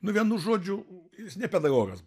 nu vienu žodžiu jis ne pedagogas